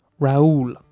Raul